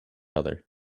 other